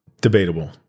debatable